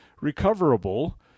recoverable